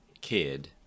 kid